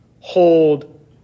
Hold